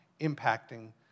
impacting